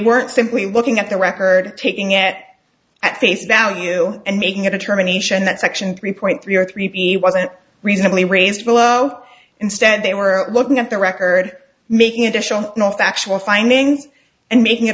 weren't simply looking at the record picking at at face value and making a determination that section three point three or three p wasn't reasonably raised below instead they were looking at the record making additional no factual findings and making